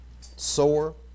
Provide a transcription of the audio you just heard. sore